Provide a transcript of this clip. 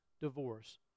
divorce